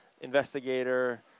investigator